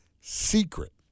secret